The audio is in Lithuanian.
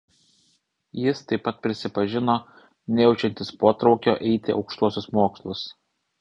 jis taip pat prisipažino nejaučiantis potraukio eiti aukštuosius mokslus